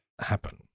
happen